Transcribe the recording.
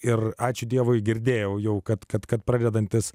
ir ačiū dievui girdėjau kad kad kad pradedantis